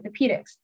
Orthopedics